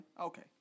Okay